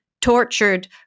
tortured